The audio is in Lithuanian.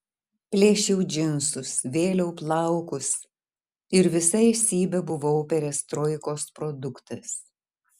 plėšiau džinsus vėliau plaukus ir visa esybe buvau perestroikos produktas